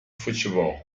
futebol